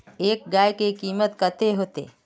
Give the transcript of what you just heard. एक गाय के कीमत कते होते?